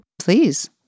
Please